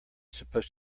supposed